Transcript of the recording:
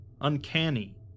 uncanny